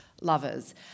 lovers